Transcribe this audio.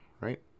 right